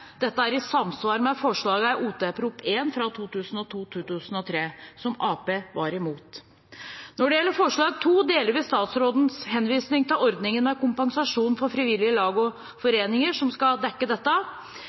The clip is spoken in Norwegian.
Dette er i samsvar med forslagene i Ot. prp. 1 for 2002–2003, som Arbeiderpartiet var imot. Når det gjelder forslag 2, deler vi statsrådens henvisning til ordningen med kompensasjon for frivillige lag og foreninger, som skal dekke dette,